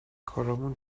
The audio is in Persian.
کارامون